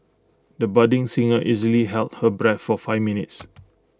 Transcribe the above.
the budding singer easily held her breath for five minutes